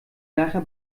nachher